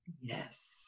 Yes